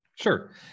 Sure